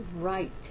right